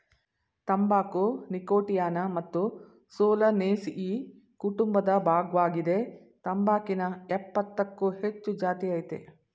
ತಂಬಾಕು ನೀಕೋಟಿಯಾನಾ ಮತ್ತು ಸೊಲನೇಸಿಯಿ ಕುಟುಂಬದ ಭಾಗ್ವಾಗಿದೆ ತಂಬಾಕಿನ ಯಪ್ಪತ್ತಕ್ಕೂ ಹೆಚ್ಚು ಜಾತಿಅಯ್ತೆ